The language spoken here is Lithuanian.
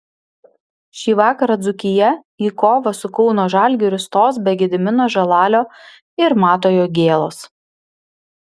šį vakarą dzūkija į kovą su kauno žalgiriu stos be gedimino žalalio ir mato jogėlos